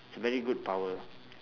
it's a very good power